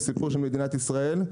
זה סיפור של מדינת ישראל.